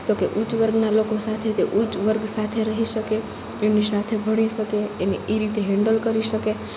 તો કે ઉચ્ચ વર્ગનાં લોકો સાથે કે ઉચ્ચ વર્ગ સાથે રહી શકે એમની સાથે ભળી શકે એમને એ રીતે હેન્ડલ કરી શકે